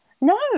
No